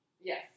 Yes